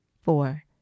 Four